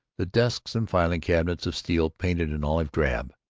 the desks and filing-cabinets of steel painted in olive drab.